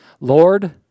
Lord